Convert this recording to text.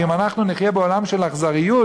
ואם אנחנו נחיה בעולם של אכזריות,